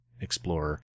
Explorer